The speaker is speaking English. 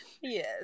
Yes